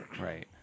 Right